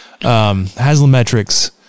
Haslametrics